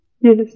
Yes